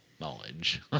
knowledge